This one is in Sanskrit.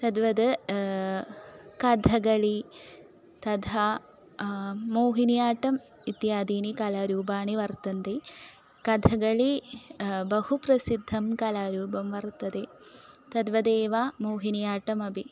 तद्वद् कथक्कलि तथा मोहिनियाट्टम् इत्यादीनि कलारूपाणि वर्तन्ते कथक्कलि बहु प्रसिद्धं कलारूपं वर्तते तद्वदेव मोहिनि आट्टम् अपि